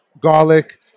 garlic